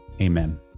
Amen